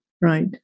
right